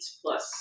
plus